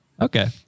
Okay